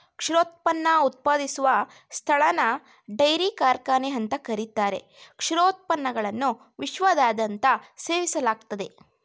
ಕ್ಷೀರೋತ್ಪನ್ನ ಉತ್ಪಾದಿಸುವ ಸ್ಥಳನ ಡೈರಿ ಕಾರ್ಖಾನೆ ಅಂತ ಕರೀತಾರೆ ಕ್ಷೀರೋತ್ಪನ್ನಗಳನ್ನು ವಿಶ್ವದಾದ್ಯಂತ ಸೇವಿಸಲಾಗ್ತದೆ